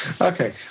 Okay